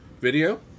Video